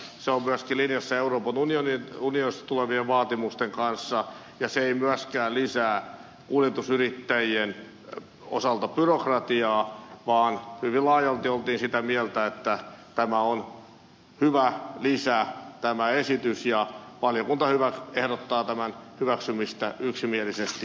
se on myöskin linjassa euroopan unionista tulevien vaatimusten kanssa ja se ei myöskään lisää kuljetusyrittäjien osalta byrokratiaa vaan hyvin laajalti oltiin sitä mieltä että tämä esitys on hyvä lisä ja valiokunta ehdottaa tämän hyväksymistä yksimielisesti